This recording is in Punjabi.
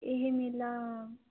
ਇਹ ਮੇਲਾ